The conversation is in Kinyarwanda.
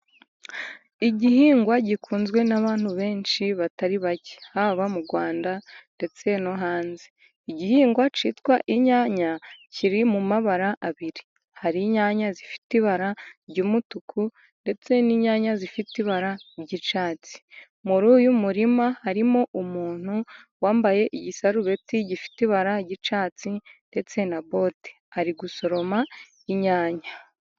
Igihingwa gikunzwe n'abantu benshi batari bake haba mu Rwanda ndetse no hanze. Igihingwa cyitwa inyanya kiri mu mabara abiri, hari inyanya zifite ibara ry'umutuku, ndetse n'inyanya zifite ibara ry'icyatsi. Muri uyu murima harimo umuntu wambaye igisarubeti gifite ibara ry'icyatsi ndetse na bote, ari gusoroma inyanya.